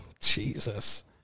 Jesus